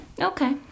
Okay